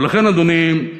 ולכן, אדוני,